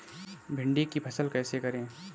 भिंडी की फसल कैसे करें?